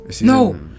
No